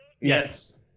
yes